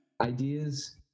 ideas